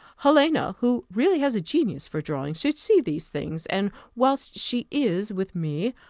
helena, who really has a genius for drawing, should see these things and whilst she is with me,